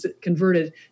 converted